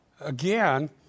again